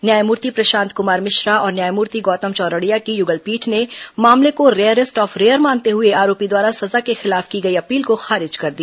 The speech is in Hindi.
न्यायमूर्ति प्रशांत कुमार मिश्रा और न्यायमूर्ति गौतम चौरड़िया की युगल पीठ ने मामले को रियरेस्ट ऑफ रेयर मानते हुए आरोपी द्वारा सजा के खिलाफ की गई अपील को खारिज कर दिया